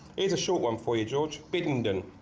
either short one for you george biddenden